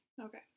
Okay